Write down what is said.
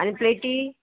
आनी प्लेटी